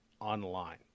online